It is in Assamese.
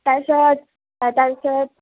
তাৰপিছত আৰু তাৰপিছত